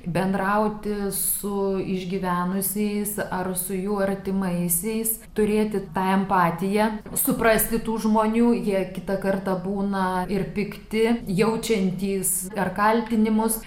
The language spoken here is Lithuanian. bendrauti su išgyvenusiais ar su jų artimaisiais turėti tą empatiją suprasti tų žmonių jie kitą kartą būna ir pikti jaučiantys ar kaltinimus